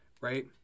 right